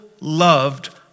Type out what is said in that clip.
loved